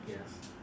yes